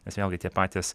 nes vėlgi tie patys